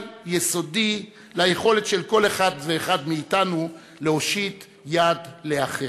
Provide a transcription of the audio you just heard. יסודי ליכולת של כל אחד ואחד מאתנו להושיט יד לאחר.